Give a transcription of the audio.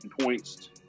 points